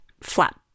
flat